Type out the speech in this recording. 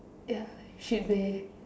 ya should be